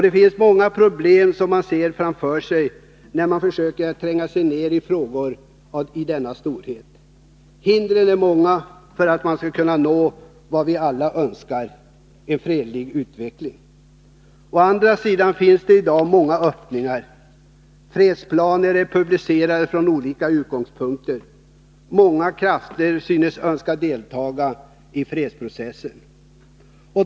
Det finns många problem som man ser framför sig när man försöker tränga nedi frågor av denna storhet. Hindren är många innan man kan nå vad vi alla önskar — en fredlig utveckling. Det finns emellertid i dag många öppningar. Fredsplaner är publicerade från olika utgångspunkter, och många krafter synes önska delta i fredsprocessen.